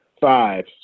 Five